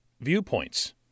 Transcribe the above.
viewpoints